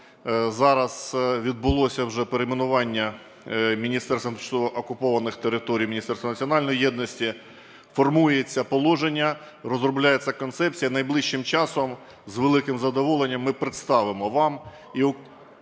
Зараз відбулося вже перейменування Міністерства тимчасово окупованих територій в Міністерство національної єдності. Формується положення, розробляється концепція, найближчим часом з великим задоволенням ми представимо вам і